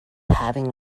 having